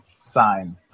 sign